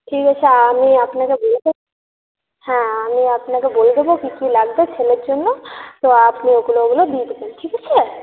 ঠিক আছে আমি আপনাকে বলব হ্যাঁ আমি আপনাকে বলে দেব কী কী লাগবে ছেলের জন্য তো আপনি ওগুলো ওগুলো দিয়ে দেবেন ঠিক আছে